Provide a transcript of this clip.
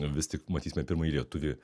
vis tik matysime pirmąjį lietuvį